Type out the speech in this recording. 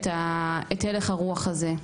את הלך הרוח הזה.